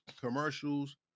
commercials